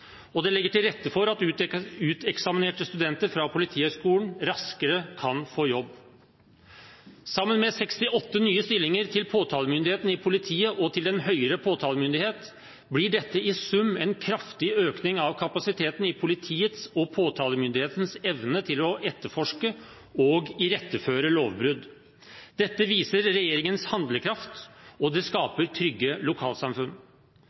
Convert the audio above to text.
og bekjempe kriminalitet, og det legger til rette for at uteksaminerte studenter fra Politihøgskolen raskere kan få jobb. Sammen med 68 nye stillinger til påtalemyndigheten i politiet og til den høyere påtalemyndighet blir dette i sum en kraftig økning av kapasiteten i politiets og påtalemyndighetens evne til å etterforske og iretteføre lovbrudd. Dette viser regjeringens handlekraft, og det skaper trygge lokalsamfunn.